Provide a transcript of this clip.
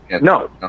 No